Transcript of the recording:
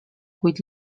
kuid